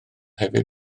hefyd